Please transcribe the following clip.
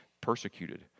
persecuted